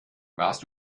warst